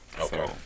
Okay